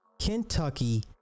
Kentucky